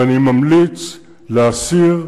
ואני ממליץ להסיר,